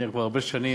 אני פה הרבה שנים,